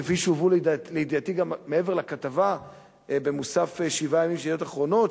כפי שהובאו לידיעתי גם מעבר לכתבה במוסף "7 ימים" של "ידיעות אחרונות",